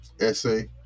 essay